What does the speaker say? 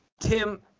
Tim